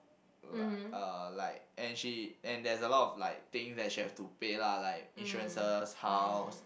like uh like and she and there's a lot of like things that she have to pay lah like insurances house